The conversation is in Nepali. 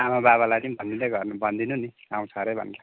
आमाबाबालाई पनि भनिदिँदै गर्नु भनिदिनु नि आउँछ अरे भनेर